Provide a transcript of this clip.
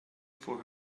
for